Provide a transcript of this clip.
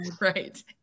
Right